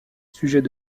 sujets